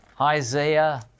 Isaiah